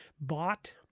bought